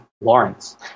Lawrence